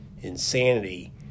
insanity